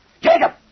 Jacob